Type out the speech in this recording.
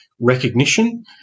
recognition